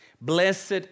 Blessed